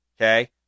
okay